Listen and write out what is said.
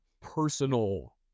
personal